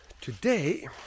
Today